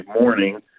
morning